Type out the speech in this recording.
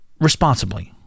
responsibly